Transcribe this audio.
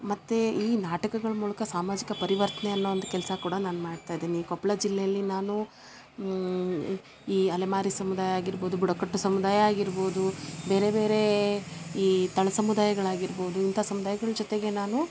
ಮತ್ತು ಈ ನಾಟಕಗಳ ಮೂಲಕ ಸಾಮಾಜಿಕ ಪರಿವರ್ತನೆ ಅನ್ನೋ ಒಂದು ಕೆಲಸ ಕೂಡ ನಾನು ಮಾಡ್ತಾಯಿದ್ದೀನಿ ಕೊಪ್ಪಳ ಜಿಲ್ಲೆಯಲ್ಲಿ ನಾನು ಈ ಈ ಅಲೆಮಾರಿ ಸಮುದಾಯ ಆಗಿರ್ಬೋದು ಬುಡಕಟ್ಟು ಸಮುದಾಯ ಆಗಿರ್ಬೋದು ಬೇರೆ ಬೇರೆ ಈ ತಳ ಸಮುದಾಯಗಳು ಆಗಿರ್ಬೋದು ಇಂಥಾ ಸಮುದಾಯ್ಗಳ ಜೊತೆಗೆ ನಾನು